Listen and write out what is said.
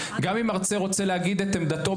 גם אם מרצה רוצה להגיד את עמדתו,